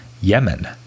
Yemen